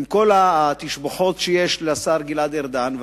עם כל התשבחות לשר גלעד ארדן,